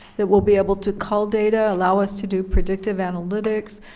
that we'll be able to call data, allow us to do predictive analytics,